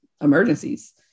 emergencies